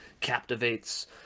captivates